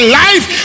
life